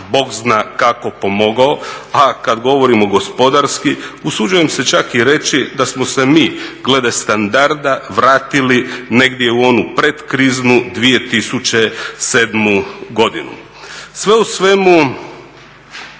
bog zna kako pomogao, a kad govorimo gospodarski usuđujem se čak i reći da smo se mi glede standarda vratili negdje u onu pretkriznu 2007.godinu. Sve u svemu,